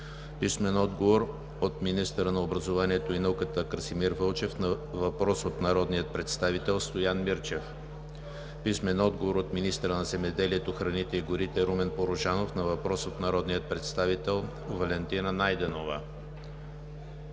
Клисурска; - министъра на образованието и науката Красимир Вълчев на въпрос от народния представител Стоян Мирчев; - министъра на земеделието, храните и горите Румен Порожанов на въпрос от народния представител Валентина Найденова;